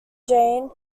jane